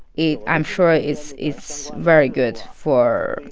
yeah i'm sure it's it's very good for,